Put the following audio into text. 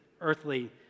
earthly